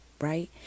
right